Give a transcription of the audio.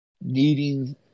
needing